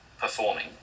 performing